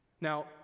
Now